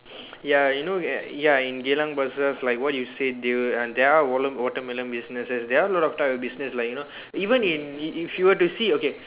ya you know ya in Geylang bazaars like what you said they will and there are watermelon businesses there are a lot type of business like you know even in if you were to see okay